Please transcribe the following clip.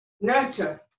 nurture